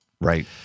right